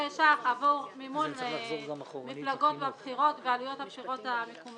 אלפי שקלים עבור מימון מפלגות ועלויות הבחירות ברשויות המקומיות,